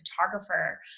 photographer